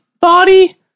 body